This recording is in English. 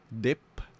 dip